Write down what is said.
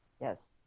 Yes